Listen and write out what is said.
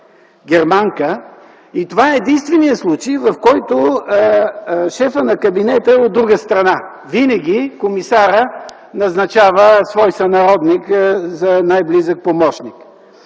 германка. Това е единственият случай, в който шефът на кабинета е от друга страна. Винаги комисарят назначава свой сънародник за най-близък помощник.